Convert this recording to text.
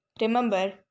remember